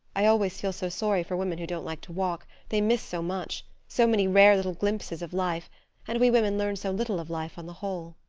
i always feel so sorry for women who don't like to walk they miss so much so many rare little glimpses of life and we women learn so little of life on the whole.